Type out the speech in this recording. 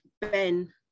ben